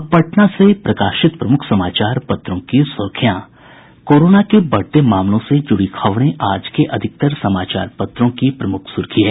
अब पटना से प्रकाशित प्रमुख समाचार पत्रों की सुर्खियां कोरोना के बढ़ते मामलों से जुड़ी खबरें आज के अधिकांश समाचार पत्रों की प्रमुख सुर्खी है